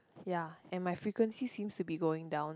ya and my frequency seems to be going down